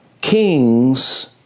kings